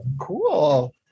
Cool